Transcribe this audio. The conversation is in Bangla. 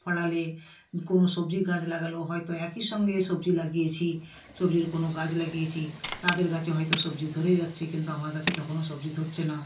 ফলালে কোনো সবজি গাছ লাগালেও হয়তো একই সঙ্গে সবজি লাগিয়েছি সবজির কোনো গাছ লাগিয়েছি তাদের গাছে হয়তো সবজি ধরে যাচ্ছে কিন্তু আমার গাছে তো তখনও সবজি ধরছে না